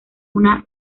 una